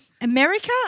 America